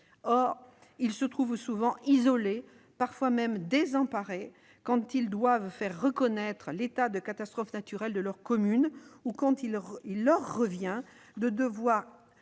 Ils se trouvent souvent isolés, parfois même désemparés, quand ils doivent faire reconnaître l'état de catastrophe naturelle de leur commune, ou quand leur revient le devoir